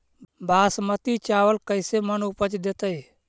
बासमती चावल कैसे मन उपज देतै?